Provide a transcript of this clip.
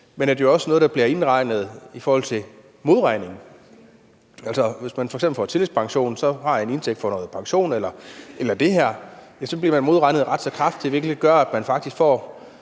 Men det er jo også noget, som bliver indregnet i forhold til modregning. Hvis man f.eks. får en tillægspension og så har en indtægt fra pension eller fra det her, bliver man modregnet ret så kraftigt. Ja, det er ikke